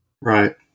Right